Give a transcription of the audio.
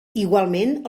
igualment